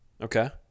Okay